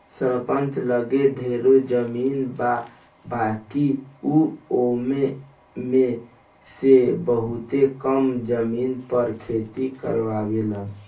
सरपंच लगे ढेरे जमीन बा बाकिर उ ओमे में से बहुते कम जमीन पर खेती करावेलन